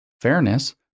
fairness